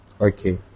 okay